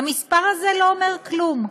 המספר הזה לא אומר כלום,